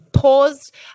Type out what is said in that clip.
paused